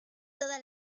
toda